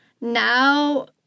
now